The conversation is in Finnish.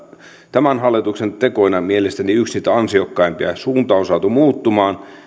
tämän hallituksen tekoina mielestäni yksi niitä ansiokkaimpia suunta on saatu muuttumaan